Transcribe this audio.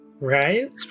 right